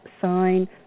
sign